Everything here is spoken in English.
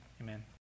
Amen